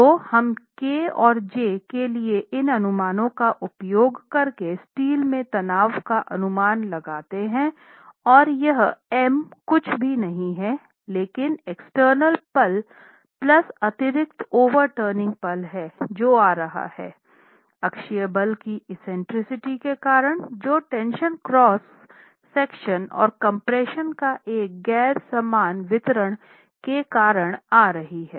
तो हम kऔर j के इन अनुमानों का उपयोग करके स्टील के तनाव का अनुमान लगते हैं और यह M कुछ भी नहीं है लेकिन एक्सटर्नल पल प्लस अतिरिक्त ओवर टर्निंग पल है जो आ रहा हैं अक्षीय बल की एक्सेंट्रिसिटी के कारण जो टेंशन क्रॉस सेक्शन और कम्प्रेशन का एक गैर समान वितरण के कारण आ रही है